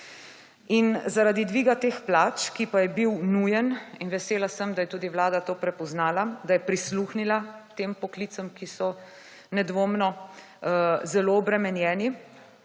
In zaradi dviga teh plač, ki pa je bil nujen, in vesela sem, da je tudi vlada to prepoznala, da je prisluhnila tem poklicem, ki so nedvomno zelo obremenjeni,